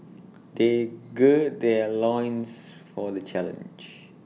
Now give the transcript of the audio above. they gird their loins for the challenge